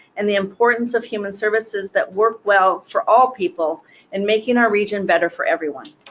and the importance of human services that work well for all people in making our region better for everyone.